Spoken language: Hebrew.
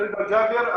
רדא ג'אבר,